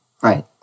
right